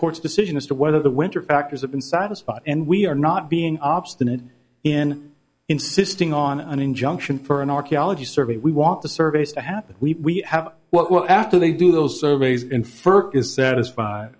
court's decision as to whether the winter factors have been satisfied and we are not being obstinate in insisting on an injunction for an archaeology survey we want the surveys to happen we have what we're after they do those surveys